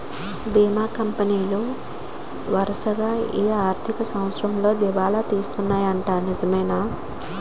బీమా కంపెనీలు వరసగా ఈ ఆర్థిక సంవత్సరంలో దివాల తీసేస్తన్నాయ్యట నిజమేనా